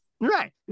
Right